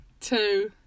two